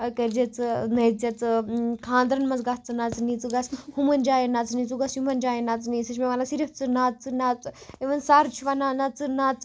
کٔرۍ زِ ژٕ نٔژِ زِ ژٕ خاندرَن مَنٛز گَژھ ژٕ نَژنہِ ژٕ گَژھ ہُمَن جایَن نَژنہِ ژٕ گَژھ یِمَن جایَن نَژنہِ سُہ چھُ مےٚ وَنان صِرف ژٕ نَژ ژٕ نَژ اِوٕن سَر تہِ چھُ وَنان نہ ژٕ ںَژ